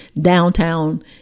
downtown